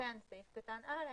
שנותן סעיף קטן (א)